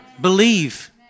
Believe